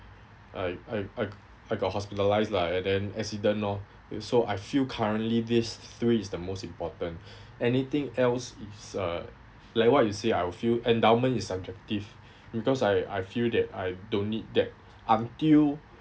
I I I I got hospitalised lah and then accident orh so I feel currently these three is the most important anything else is uh like what you say I'll feel endowment is subjective because I I feel that I don't need that until